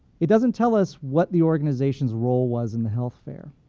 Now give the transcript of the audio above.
it doesn't tell us what the organization's role was in the health fair.